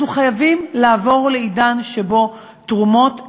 אנחנו חייבים לעבור לעידן שבו תרומות איברים,